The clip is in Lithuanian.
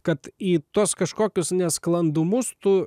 kad į tuos kažkokius nesklandumus tu